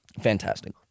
Fantastic